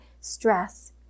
stress